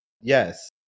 Yes